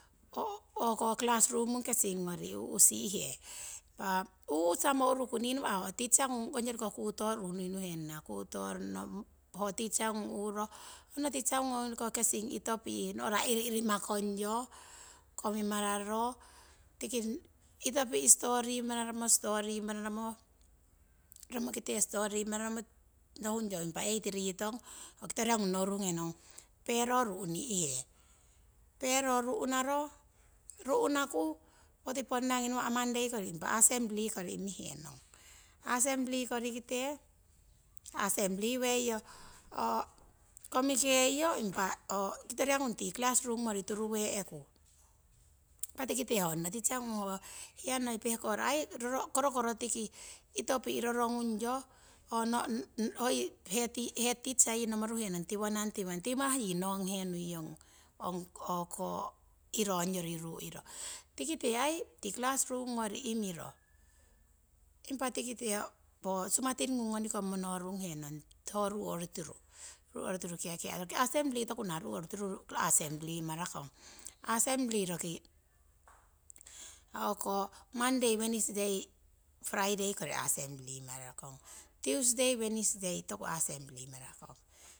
Classroom gorikesing gori uhsihe impah unsamo uruku ninawah no teach ergung noi kutorun nui nuhenang. Ho teachgung uhro hodjori kesing itopih nora iriiri makongyo nohurung he nong pero ru'ninghe. Pero ruhnaku poti ponnahki nawah monday kori nawah assembly kori imihenong assembly kori kite assembly weiyo impah tikite nokitori ya gung tii classroom gori tunuweherong. Impah tikite honoh teas hngung pehkora kavokoro tiki itopih rorogungyo hoiyi headteacher yii nomuruhenong tiwoning. Timahyi nonghenui yong iro ongyorviruu tikite aii ti classroom gori imiroh impah tikite hogonikong sumatingung mono runghenong. Rooki assembly tokunahy niu oritiru assembly marakong assembly roki mondy, wednesday yii friday assembly marakong tuesday, thursday toku assembly marakong.